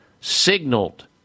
signaled